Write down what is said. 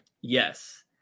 Yes